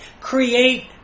Create